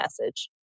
message